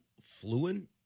fluent